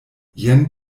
jen